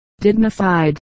dignified